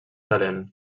talent